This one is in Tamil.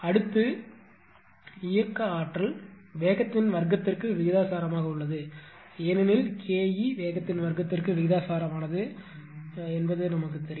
அடுத்து இந்த இயக்க ஆற்றல் வேகத்தின் வர்க்கத்திற்கு விகிதாசாரமாக உள்ளது ஏனெனில் KE வேகத்தின் வர்க்கத்திற்கு விகிதாசாரமானது என்பது உங்களுக்குத் தெரியும்